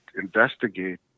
investigate